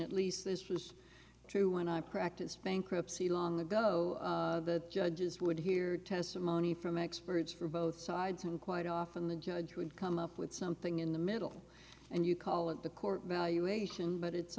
at least this was true when i practiced bankruptcy long ago the judges would hear testimony from experts from both sides and quite often the judge would come up with something in the middle and you call it the court valuation but it's